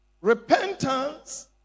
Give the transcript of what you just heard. Repentance